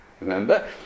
remember